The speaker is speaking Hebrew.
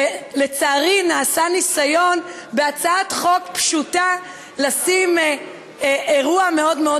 ולצערי נעשה ניסיון בהצעת חוק פשוטה לשים אירוע מאוד מאוד